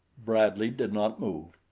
bradley did not move.